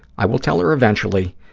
i will tell her eventually,